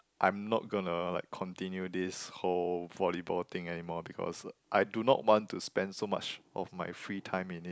I'm not gonna like continue this whole volleyball thing anymore because I do not want to spend so much of my free time in it